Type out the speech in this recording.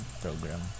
program